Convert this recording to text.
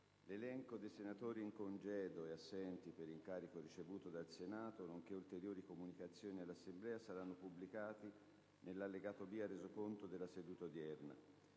L'elenco dei senatori in congedo e assenti per incarico ricevuto dal Senato nonché ulteriori comunicazioni all'Assemblea saranno pubblicati nell'allegato B ai Resoconti della seduta. Avverte